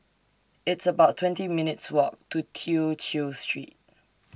It's about twenty minutes' Walk to Tew Chew Street